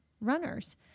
runners